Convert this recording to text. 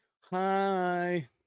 Hi